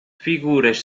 figuras